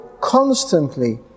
constantly